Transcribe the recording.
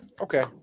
okay